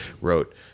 wrote